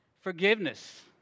forgiveness